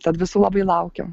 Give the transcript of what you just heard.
tad visų labai laukiam